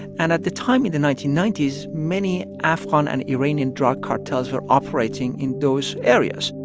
and at the time, in the nineteen ninety s, many afghan and iranian drug cartels were operating in those areas,